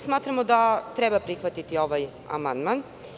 Smatramo da treba prihvatiti ovaj amandman.